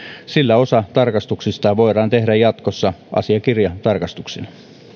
sillä osa tarkastuksista voidaan tehdä jatkossa asiakirjatarkastuksina